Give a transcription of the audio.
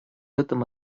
этом